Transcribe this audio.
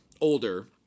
older